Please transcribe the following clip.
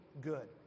good